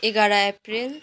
एघार अप्रेल